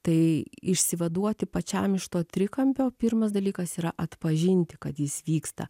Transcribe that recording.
tai išsivaduoti pačiam iš to trikampio pirmas dalykas yra atpažinti kad jis vyksta